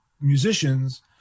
musicians